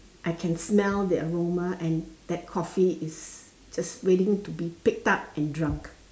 I can smell the aroma and that coffee is just waiting to be picked up and drunk